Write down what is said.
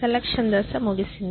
selection దశ ముగిసింది